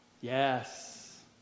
Yes